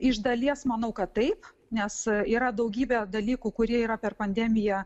iš dalies manau kad taip nes yra daugybė dalykų kurie yra per pandemiją